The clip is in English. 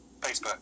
Facebook